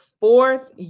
fourth